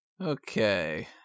Okay